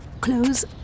Close